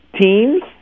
teams